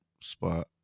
spot